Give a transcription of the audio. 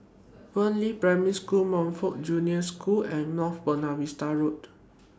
Fernvale Primary School Montfort Junior School and North Buona Vista Road